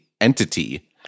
entity